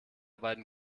beiden